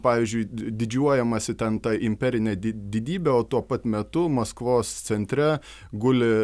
pavyzdžiui didžiuojamasi ten ta imperine di didybe o tuo pat metu maskvos centre guli